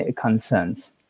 concerns